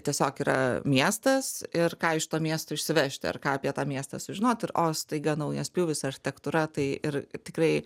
tiesiog yra miestas ir ką iš to miesto išsivežti ar ką apie tą miestą sužinot ir o staiga naujas pjūvis architektūra tai ir tikrai